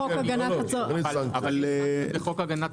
בחוק אין סנקציה מיוחדת.